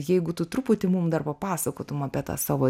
jeigu tu truputį mum dar papasakotum apie tą savo